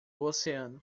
oceano